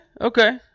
Okay